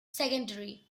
secondary